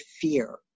fear